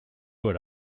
would